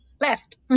left